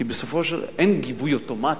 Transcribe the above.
אין גיבוי אוטומטי,